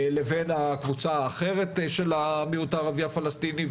לבין הקבוצה האחרת של המיעוט הערבי הפלסטיני.